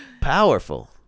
Powerful